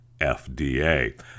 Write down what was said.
FDA